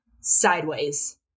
sideways